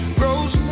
grows